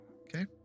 Okay